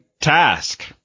task